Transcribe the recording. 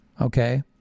okay